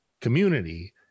community